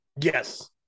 Yes